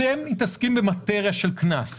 אתם מתעסקים במאטריה של קנס.